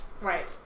Right